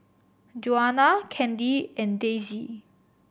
Juana Kandy and Daisye